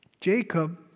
Jacob